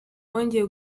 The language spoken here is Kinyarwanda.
bongeye